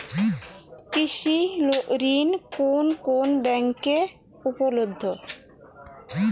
কৃষি ঋণ কোন কোন ব্যাংকে উপলব্ধ?